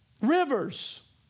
rivers